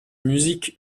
musique